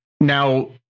now